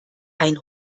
ein